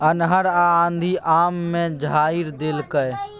अन्हर आ आंधी आम के झाईर देलकैय?